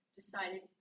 decided